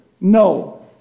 No